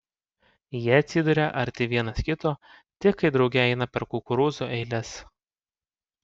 jie atsiduria arti vienas kito tik kai drauge eina per kukurūzų eiles